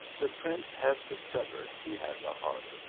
the prince has discovered he has a heart!